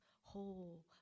whole